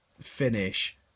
finish